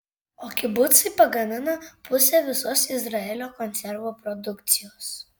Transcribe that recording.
o kibucai pagamina pusę visos izraelio konservų produkcijos